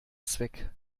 zweck